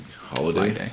holiday